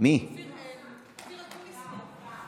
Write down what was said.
אופיר אקוניס פה.